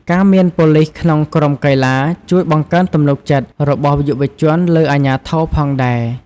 ការមានប៉ូលីសក្នុងក្រុមកីឡា ជួយបង្កើនទំនុកចិត្តរបស់យុវជនលើអាជ្ញាធរផងដែរ។